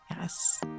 Yes